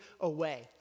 away